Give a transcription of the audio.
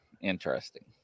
Interesting